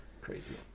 Crazy